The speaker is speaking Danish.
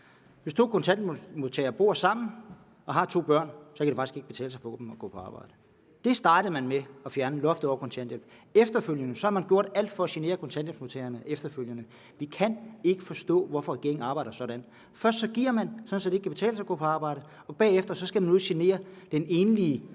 Hvis to kontanthjælpsmodtagere bor sammen og har to børn, kan det faktisk ikke betale sig for dem at gå på arbejde. Det startede man med: at fjerne loftet over kontanthjælpen. Efterfølgende har man gjort alt for at genere kontanthjælpsmodtagerne. Vi kan ikke forstå, hvorfor regeringen arbejder sådan. Først giver man, så det ikke kan betale sig at gå på arbejde, og bagefter skal man nu genere den enlige